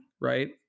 right